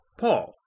Paul